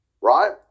right